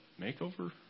makeover